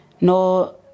no